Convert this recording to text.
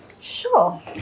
Sure